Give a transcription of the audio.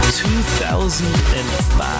2005